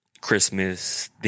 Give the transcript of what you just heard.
Christmas